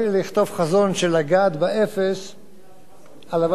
והלוואי שנצליח להגיע לזה.